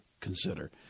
consider